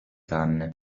canne